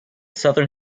southern